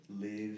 live